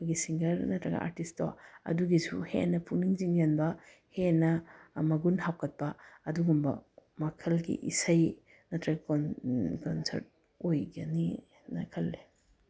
ꯑꯩꯈꯣꯏꯒꯤ ꯁꯤꯡꯒꯔ ꯅꯠꯇ꯭ꯔꯒ ꯑꯥꯔꯇꯤꯁꯇꯣ ꯑꯗꯨꯒꯤꯁꯨ ꯍꯦꯟꯅ ꯄꯨꯛꯅꯤꯡ ꯆꯤꯡꯁꯤꯟꯕ ꯍꯦꯟꯅ ꯃꯒꯨꯟ ꯍꯥꯞꯀꯠꯄ ꯑꯗꯨꯒꯨꯝꯕ ꯋꯥꯈꯜꯒꯤ ꯏꯁꯩ ꯅꯠꯇ꯭ꯔ ꯀꯟꯁ꯭ꯔꯠ ꯑꯣꯏꯒꯅꯤꯅ ꯈꯜꯂꯦ